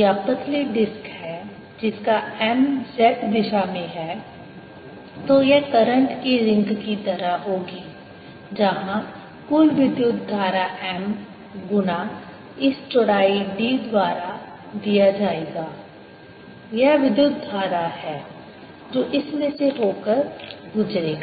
या पतली डिस्क है जिसका M z दिशा में है तो यह करंट की रिंग की तरह होगी जहाँ कुल विद्युत धारा M गुणा इस चौड़ाई d द्वारा दिया जाएगा यह विद्युत धारा है जो इसमें से से होकर गुजरेगा